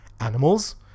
animals